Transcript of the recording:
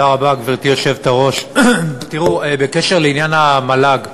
גברתי היושבת-ראש, תודה רבה, תראו, בעניין המל"ג,